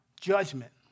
judgment